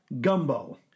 Gumbo